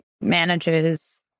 manages